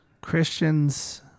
Christians